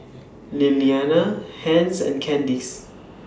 Lilianna Hence and Candyce